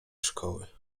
szkoły